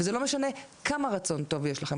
וזה לא משנה כמה רצון טוב יש לכם.